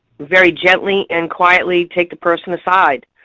very gently and quietly take the person aside.